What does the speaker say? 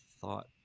thought